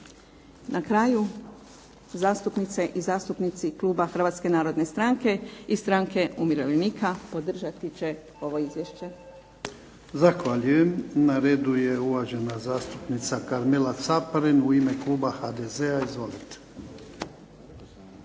Na kraju, zastupnice i zastupnici kluba Hrvatske narodne stranke i Stranke umirovljenika podržati će ovo izvješće. **Jarnjak, Ivan (HDZ)** Zahvaljujem. Na redu je uvažena zastupnica Karmala Caparin u ime kluba HDZ-a. Izvolite.